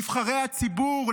נבחרי הציבור,